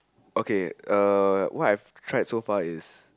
okay uh what I've tried so far is